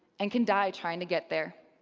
and can die trying to get there.